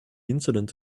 incident